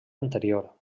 anterior